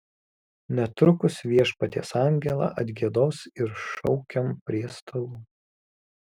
netrukus viešpaties angelą atgiedos ir šaukiam prie stalų